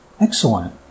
Excellent